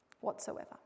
whatsoever